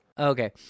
Okay